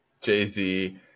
Jay-Z